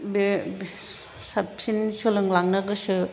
बे साबसिन सोलोंलांनो गोसो